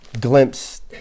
glimpse